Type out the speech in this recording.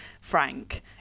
frank